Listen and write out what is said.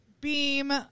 beam